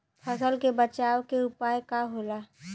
फसल के बचाव के उपाय का होला?